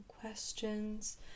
questions